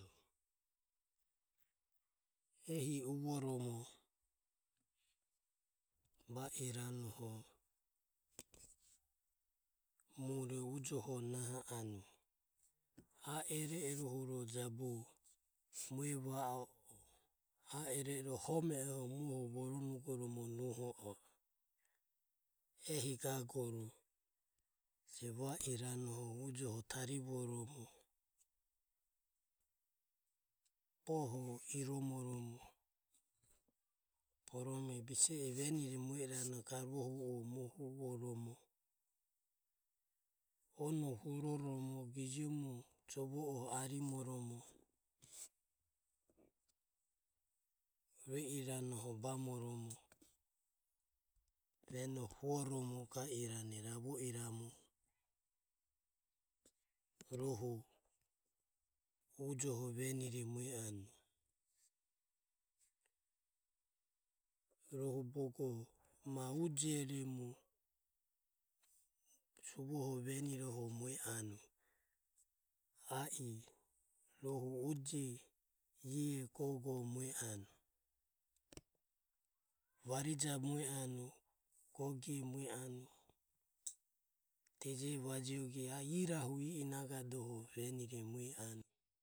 Ehi uvoromo, va iranoho mure ujoho naho anue. Ae iro iro huro jabu mue va a o ae iro iro huro jabume home irohuro muoho voronugo a e. Ehi gagoro je va iranoho ujoho tarivoromo boho iromoromo borome bise e garuho venire mue iranohu o muhovoromo onoho huroromo. gijomuoho arimoromo. rue iranoho bamoromo venoho hu oromo ga irane ravo iramu rohu ujoho venire mue anue, rohu bogo ma ujiremu mue anue. I e iae gogo mue anue. Varija mue anue gogie mue anue deje vajioge iae irahu i e nagadoho venire mue anue.